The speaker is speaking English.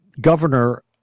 governor